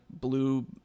blue